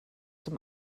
dem